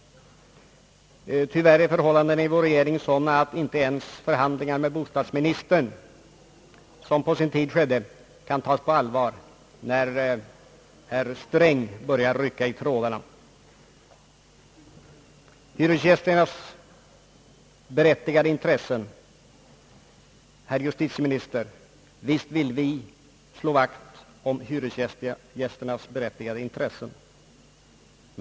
Tyvärr är förhållandena inom vår regering sådana att inte ens de förhandlingar med bostadsministern som på sin tid skedde kan tas på allvar, när herr Sträng börjar rycka i trådarna. Visst vill vi, herr justitieminister, slå vakt om hyresgästernas berättigade intressen!